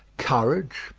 courage,